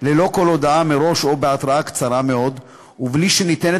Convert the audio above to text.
ללא כל הודעה מראש או בהתראה קצרה מאוד ובלי שניתנת